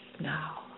now